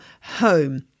home